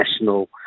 national